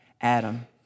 Adam